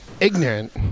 ignorant